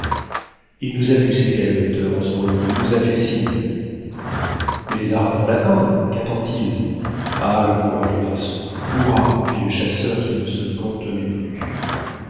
il nous a vus s'écria le docteur en se relevant il nous a fait signe mais les arabes vont l'atteindre quattend il ah le courageux garçon hourra fit le chasseur qui ne se contenait plus